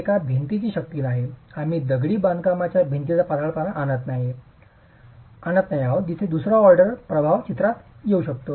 ते एका भिंतीची शक्ती नाही आम्ही दगडी बांधकामाच्या भिंतीचा पातळपणा आणत नाही आहोत जिथे दुसरा ऑर्डर प्रभाव चित्रात येऊ शकतो